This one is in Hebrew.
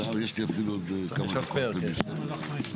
הישיבה ננעלה בשעה